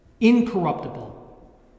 incorruptible